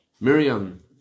Miriam